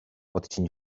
odcień